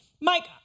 Mike